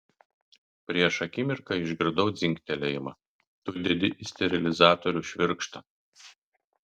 prieš akimirką išgirdau dzingtelėjimą tu dedi į sterilizatorių švirkštą